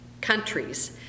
countries